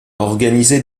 organiser